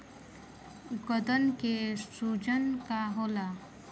गदन के सूजन का होला?